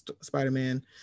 spider-man